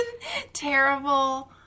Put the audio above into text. terrible